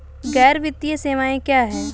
गैर वित्तीय सेवाएं क्या हैं?